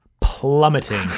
plummeting